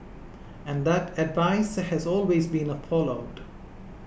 and that advice has always been followed